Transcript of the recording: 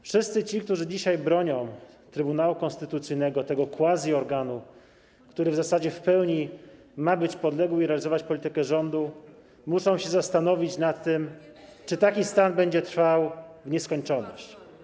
Wszyscy ci, którzy dzisiaj bronią Trybunału Konstytucyjnego, tego quasi-organu, który w zasadzie w pełni ma być podległy rządowi i realizować jego politykę, muszą się zastanowić nad tym, czy taki stan będzie trwał w nieskończoność.